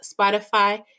Spotify